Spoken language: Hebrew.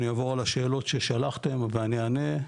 אני אעבור על השאלות ששלחתם אני אענה.